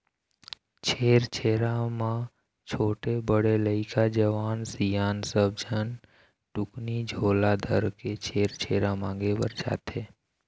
छेरछेरा म छोटे, बड़े लइका, जवान, सियान सब झन टुकनी झोला धरके छेरछेरा मांगे बर जाथें